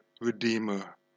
Redeemer